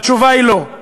התשובה היא: לא.